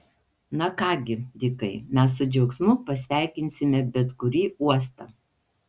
na ką gi dikai mes su džiaugsmu pasveikinsime bet kurį uostą